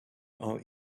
our